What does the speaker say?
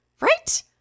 Right